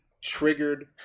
triggered